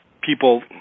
people